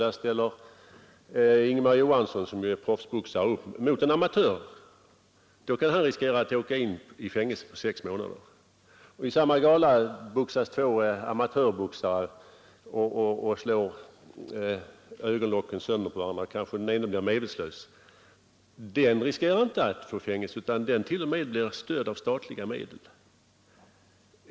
Där ställer Ingemar Johansson, som ju är proffsboxare, upp mot en amatör. Då kan Ingemar Johansson riskera att åka in i fängelse på sex månader. I samma gala boxas två amatörboxare och slår exempelvis sönder ögonlocken på varandra — den ena kanske blir medvetslös. Amatörboxarna riskerar inte att få fängelse utan hart.o.m. stöd av statliga medel.